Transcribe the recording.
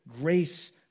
grace